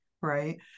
right